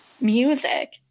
music